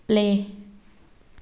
play